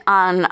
on